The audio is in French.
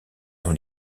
dans